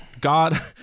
God